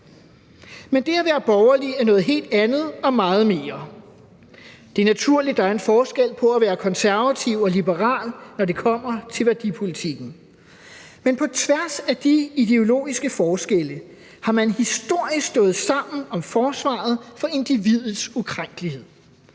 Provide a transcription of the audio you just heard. Men det at være borgerlig er noget helt andet og meget mere. Det er naturligt, at der er en forskel på at være konservativ og liberal, når det kommer til værdipolitikken. Men på tværs af de ideologiske forskelle har man historisk stået sammen om forsvaret for individets ukrænkelighed,